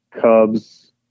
Cubs